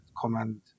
command